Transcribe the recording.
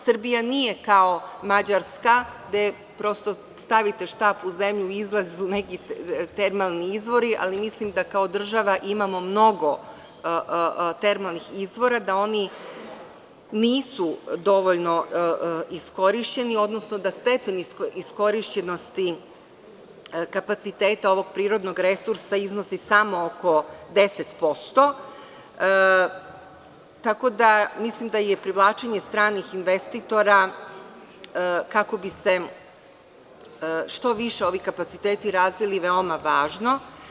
Srbija nije kao Mađarska gde prosto stavite štap u zemlju i izlaze neki termalni izvori, ali mislim da kao država imamo mnogo termalnih izvora, da oni nisu dovoljno iskorišćeni, odnosno da stepen iskorišćenosti kapaciteta ovog prirodnog resursa iznosi samo oko 10%, tako da mislim da privlačenje stranih investitora kako bi se što više ovi kapaciteti razvili je veoma važno.